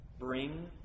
bring